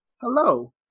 hello